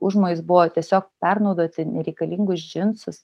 užmojis buvo tiesiog pernaudoti nereikalingus džinsus